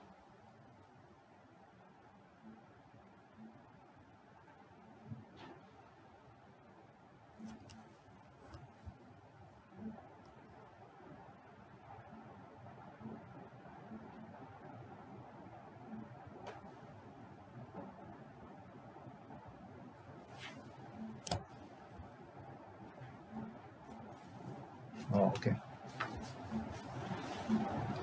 orh okay